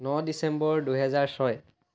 ন December দুহেজাৰ ছয়